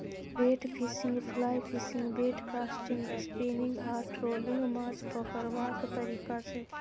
bait fishing, fly fishing, bait casting, spinning आ trolling माछ पकरबाक तरीका छै